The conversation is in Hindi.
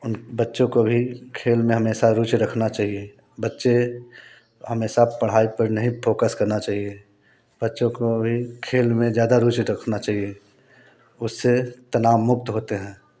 उन बच्चों को भी खेल में हमेशा रुचि रखना चाहिए बच्चे हमेशा पढ़ाई पर नहीं फोकस करना चहिए बच्चों को भी खेल में ज़्यादा रुचि देखना चाहिए उससे तनाव मुक्त होते हैं